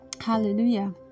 hallelujah